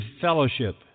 fellowship